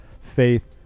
faith